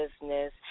business